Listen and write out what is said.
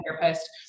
therapist